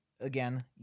Again